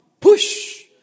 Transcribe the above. Push